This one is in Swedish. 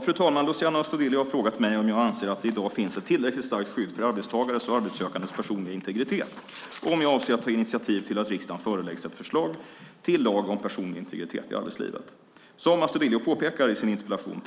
Fru talman! Luciano Astudillo har frågat mig om jag anser att det i dag finns ett tillräckligt starkt skydd för arbetstagares och arbetssökandes personliga integritet och om jag avser att ta initiativ till att riksdagen föreläggs ett förslag till lag om personlig integritet i arbetslivet. Som Astudillo påpekar i sin interpellation